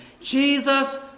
Jesus